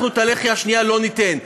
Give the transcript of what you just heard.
אנחנו את הלחי השנייה לא ניתן.